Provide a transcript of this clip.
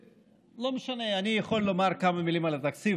ולא משנה, אני יכול לומר כמה מילים על התקציב.